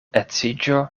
edziĝo